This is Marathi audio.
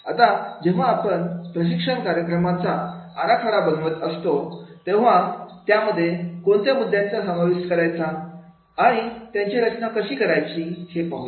आता जेव्हा आपण प्रशिक्षण कार्यक्रमांचा आराखडा बनवत असतो तेव्हा त्यामध्ये कोणत्या मुद्द्यांचा समाविष्ट करायचा आणि त्यांची रचना कशी करायची हे पाहूया